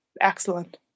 excellent